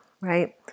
right